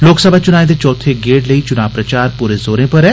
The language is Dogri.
लोकसभा चुनाएं दे चौथे गेड़ लेई चुना प्रचार पूरे जोरें पर ऐ